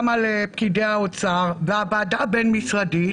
על פקידי האוצר והוועדה הבין-משרדית,